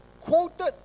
quoted